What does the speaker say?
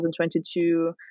2022